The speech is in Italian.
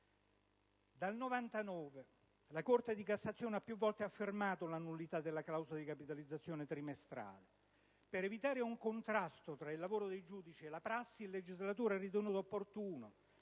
Dal 1999 la Corte di cassazione ha più volte affermato la nullità della clausola di capitalizzazione trimestrale. Per evitare un contrasto tra il lavoro dei giudici e la prassi, il legislatore ha ritenuto opportuno,